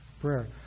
prayer